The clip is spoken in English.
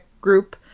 group